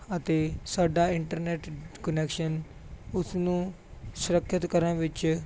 ਅਤੇ ਸਾਡਾ internet connection ਉਸਨੂੰ ਸੁਰੱਖਿਅਤ ਕਰਨ ਵਿੱਚ